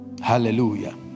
Hallelujah